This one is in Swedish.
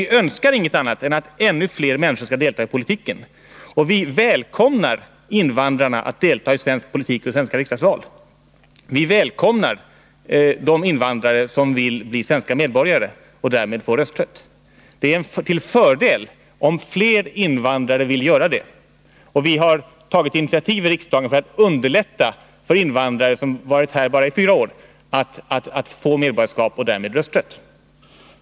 Vi önskar inget hellre än att fler människor skall delta i politiken. Och vi välkomnar invandrarna att delta i svensk politik och svenska riksdagsval. Det är till fördel om fler invandrare vill göra det. Vi välkomnar de invandrare som vill bli svenska medborgare och därmed få rösträtt. Vi har tagit initiativ i riksdagen för att underlätta för invandrare som har varit här bara i fyra år att få svenskt medborgarskap och därmed rösträtt.